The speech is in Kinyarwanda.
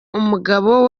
umugabo